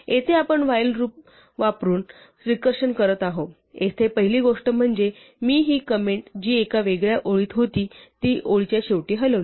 येथे आपण व्हाईल वापरून रिकर्षण करत आहोत येथे पहिली गोष्ट म्हणजे मी ही कंमेंट जी एका वेगळ्या ओळीत होती ती ओळीच्या शेवटी हलवली